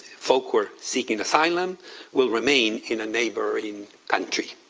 folk who are seeking asylum will remain in a neighboring country.